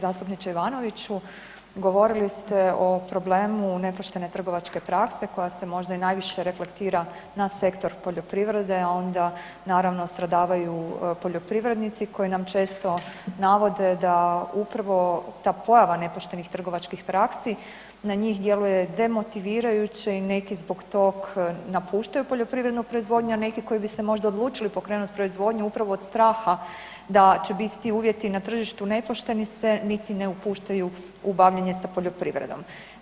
Zastupniče Ivanoviću govorili ste o problemu nepoštene trgovačke prakse koja se možda i najviše reflektira na sektoru poljoprivrede, a onda naravno stradavaju poljoprivrednici koji nam često navode da upravo ta pojava nepoštenih trgovačkih praksi na njih djeluje demotivirajuće i neki zbog tog napuštaju poljoprivrednu proizvodnju, a neki koji bi se možda odlučili pokrenuti proizvodnju upravo od straha da će biti ti uvjeti na tržištu nepošteni se niti ne upuštaju u bavljenje sa poljoprivredom.